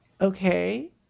okay